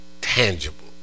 tangible